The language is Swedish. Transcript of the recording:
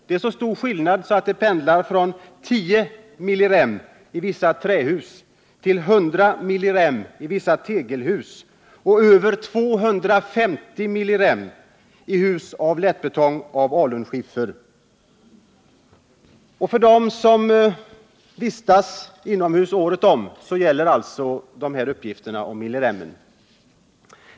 Det är så stor skillnad att strålningen pendlar mellan 10 millirem i vissa trähus och 100 millirem i vissa tegelhus och över 250 millirem i hus av lättbetong av alunskiffer. För dem som oavbrutet vistas inomhus och året om gäller alltså de här uppgifterna om milliremen.